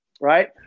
Right